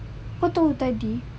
kau tahu tadi